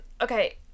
okay